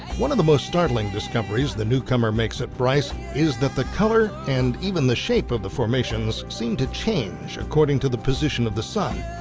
one of the most startling discoveries the newcomer makes at bryce is that the color and even the shape of the formations seem to change according to the position of the sun.